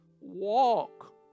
Walk